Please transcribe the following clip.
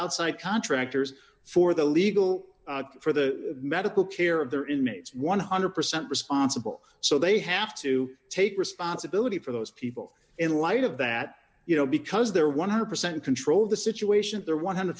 outside contractors for the legal for the medical care of their inmates one hundred percent responsible so they have to take responsibility for those people in light of that you know because they're one hundred percent control of the situation they're one hundred